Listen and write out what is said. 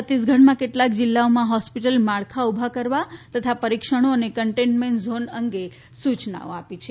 છત્તીસગઢમાં કેટલાક જિલ્લાનાં હોસ્પિટલ માળખા ઊભા કરવા તથા પરીક્ષણો અને કન્ટેન્ટમેનટ ઝોન અંગે સૂચનાઓ અપાઈ છે